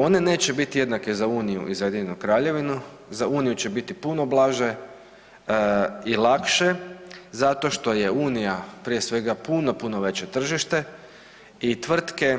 One neće biti jednake za Uniju i za UK, za Uniju će biti puno blaže i lakše zato što je Unija, prije svega puno, puno veće tržište i tvrtke